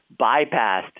bypassed